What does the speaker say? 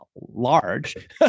large